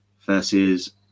versus